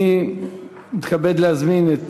אני מתכבד להזמין את